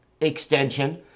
extension